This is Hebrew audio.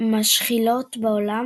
המשכילות בעולם,